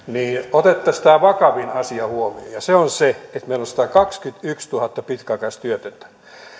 otettaisiin tämä vakavin asia huomioon ja se on se että meillä on satakaksikymmentätuhatta pitkäaikaistyötöntä